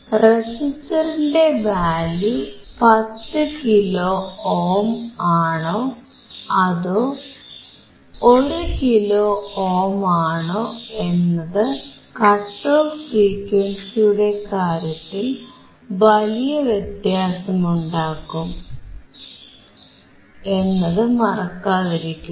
റെസിസ്റ്ററിന്റെ value 10 kilo ohm ആണോ അതോ 1 കിലോ ഓം ആണോ എന്നത് കട്ട് ഓഫ് ഫ്രീക്വൻസിയുടെ കാര്യത്തിൽ വലിയ വ്യത്യാസം ഉണ്ടാക്കും എന്നത് മറക്കാതിരിക്കുക